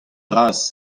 bras